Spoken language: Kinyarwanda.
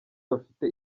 bafite